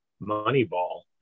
Moneyball